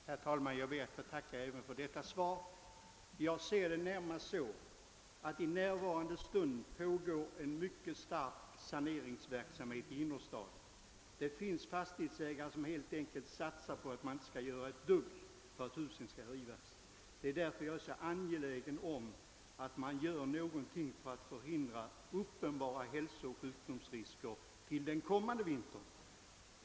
Herr talman! Jag ber att få tacka även för detta svar. I närvarande stund pågår en omfattande saneringsverksamhet i de inre delarna i många städer. Det finns fastighetsägare som inte gör någonting åt sina fastigheter eftersom husen skall rivas. Det är därför jag är så angelägen om att man snabbt ingriper för att hindra uppenbara hälsorisker för hyresgästerna under den kommande vintern.